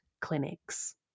clinics